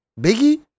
Biggie